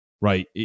right